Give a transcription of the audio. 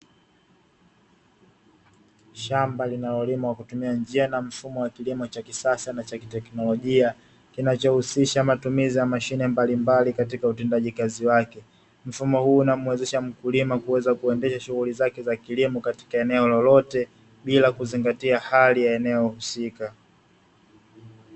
Shamba linalolima kwa kutumia njia na mfumo wa kilimo cha kisasa na cha kiteknolojia, kinachohusisha matumizi ya mashine mbalimbali katika utendaji kazi wake. Mfumo huu unamuwezesha mkulima kuweza kuendesha shughuli zake za kilimo katika eneo lolote bika kuzingatia hali ya eneo husika.